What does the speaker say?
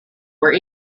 were